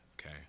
Okay